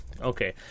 Okay